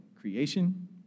creation